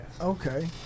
Okay